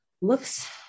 looks